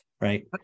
right